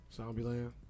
Zombieland